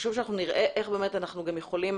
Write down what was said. וחשוב שאנחנו נראה איך אנחנו יכולים